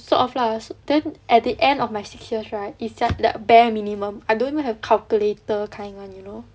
sort of lah then at the end of my six years right is just the bare minimum I don't even have calculator kind [one] you know